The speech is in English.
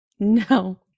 No